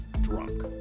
drunk